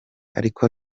ariko